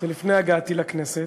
לפני הגעתי לכנסת.